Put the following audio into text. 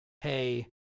Hey